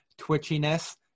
twitchiness